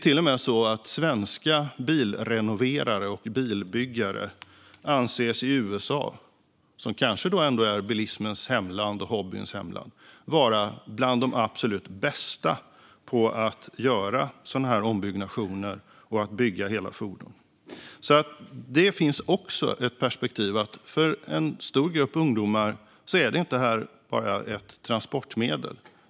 I USA, som kanske ändå är bilismens och hobbyns hemland, anses svenska bilrenoverare och bilbyggare till och med vara de absolut bästa på sådana ombyggnationer och på att bygga hela fordon. Det perspektivet finns alltså också. För en stor grupp ungdomar är det inte bara ett transportmedel.